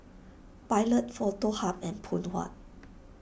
Pilot Foto Hub and Phoon Huat